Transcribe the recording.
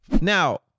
Now